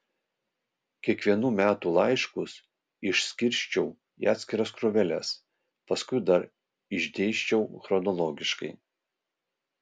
kiekvienų metų laiškus išskirsčiau į atskiras krūveles paskui dar išdėsčiau chronologiškai